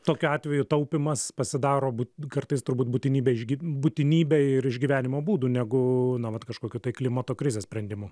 tokiu atveju taupymas pasidaro būt kartais turbūt būtinybe išgy būtinybe ir išgyvenimo būdu negu na vat kažkokiu tai klimato krizės sprendimu